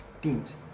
teams